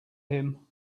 him